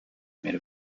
made